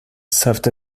served